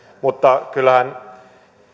mutta kyllähän